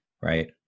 right